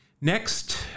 Next